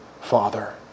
father